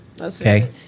okay